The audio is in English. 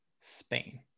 Spain